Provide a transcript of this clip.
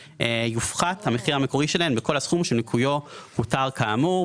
יופחת המחיר המקרי שלהן בכל הסכום שניכויו הותר כאמור.